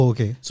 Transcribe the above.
Okay